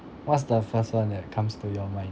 what's the first one that comes to your mind